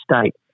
state